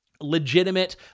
legitimate